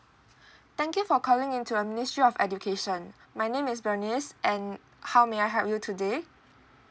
thank you for calling in to a ministry of education my name is bernice and how may I help you today